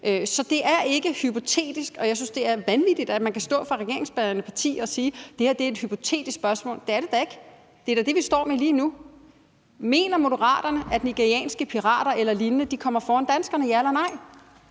Så det er ikke hypotetisk, og jeg synes, det er vanvittigt, at man kan stå som ordfører for et regeringsbærende parti og sige, at det her er et hypotetisk spørgsmål. Det er det da ikke. Det er da det, vi står med lige nu. Mener Moderaterne, at nigerianske pirater eller lignende kommer foran danskere – ja eller nej?